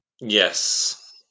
Yes